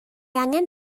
angen